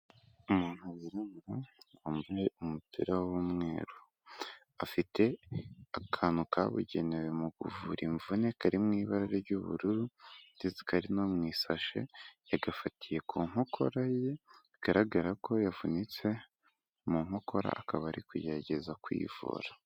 Umuntu wirabura wambaye umupira w'umweru, afite akantu kabugenewe mu kuvura imvune kari mu ibara ry'ubururu ndetse kari no mu isashe, yagafatiye ku nkokora ye bigaragara ko yavunitse mu nkokora akaba ari kugerageza kwivura.